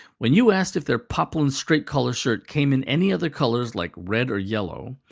when you asked if their poplin straight-collar shirt came in any other colors, like red or yellow,